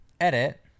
edit